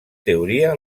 teoria